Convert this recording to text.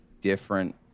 different